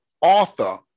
author